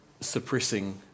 suppressing